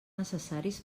necessaris